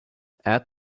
add